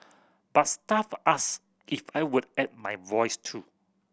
but staff asked if I would add my voice too